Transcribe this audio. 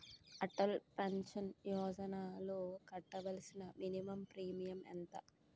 Atal pension యోజనలో కట్టవలసిన minimum premium ఎంత?